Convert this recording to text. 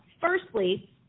firstly